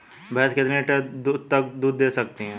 भैंस कितने लीटर तक दूध दे सकती है?